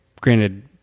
granted